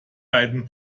beiden